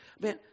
man